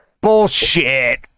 Bullshit